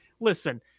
Listen